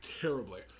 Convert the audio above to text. terribly